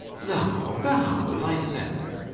thou, thou, lysander,